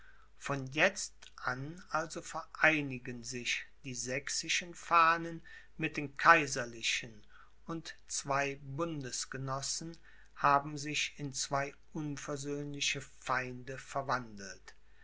von jetzt an also vereinigen sich die sächsischen fahnen mit den kaiserlichen und zwei bundesgenossen haben sich in zwei unversöhnliche feinde verwandelt